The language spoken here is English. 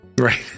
Right